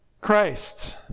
Christ